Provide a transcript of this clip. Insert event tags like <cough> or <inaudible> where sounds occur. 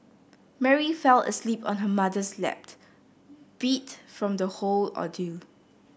Mary fell asleep on her mother's lap <unintelligible> beat from the whole ordeal